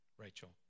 Rachel